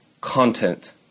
content